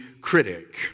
critic